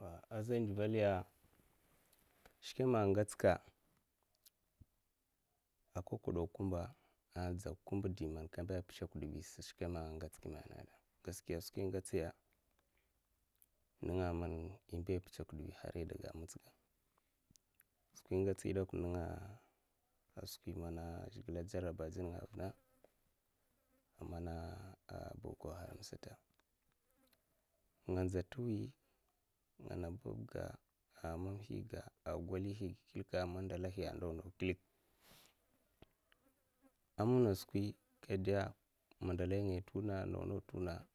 Ba azha ndivelya skweme ngatska aka kudo kumba diman kamba pitsokda bisa. gaskiya skwi ingatsaya nga man imbai pitsokdabi hara aiga mitsga skwi ingatsi dakwa ninga a skwi mana zhikle a jerabalin nga vina a mama a boko haramsa sata nga nza tiwi ngama babbga amamhiga a gwalihiga a mandalihi klik a mamna suki kada mandalaingai tuna ndawa ndawa tuna